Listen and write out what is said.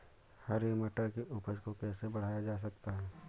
हरी मटर की उपज को कैसे बढ़ाया जा सकता है?